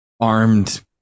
armed